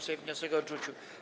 Sejm wniosek odrzucił.